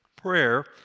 Prayer